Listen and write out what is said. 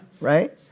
right